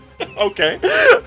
Okay